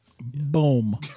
Boom